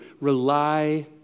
Rely